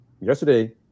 yesterday